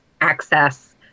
access